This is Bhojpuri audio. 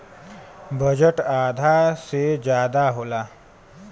बजट आधा से जादा होला